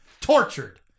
tortured